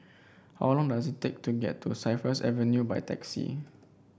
how long does it take to get to Cypress Avenue by taxi